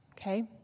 Okay